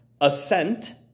assent